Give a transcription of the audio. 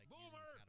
Boomer